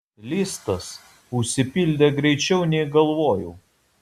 listas užsipildė greičiau nei galvojau